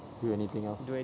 do anything else